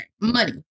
Money